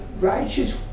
righteous